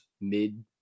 mid –